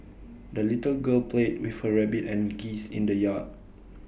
the little girl played with her rabbit and geese in the yard